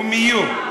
הם יהיו.